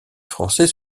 français